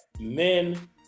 men